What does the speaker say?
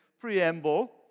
preamble